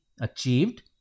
achieved